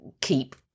keep